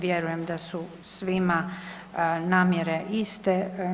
Vjerujem da su svima namjere iste.